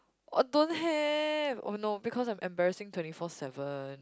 what don't have oh no because I am embarrassing twenty four seven